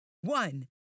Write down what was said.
one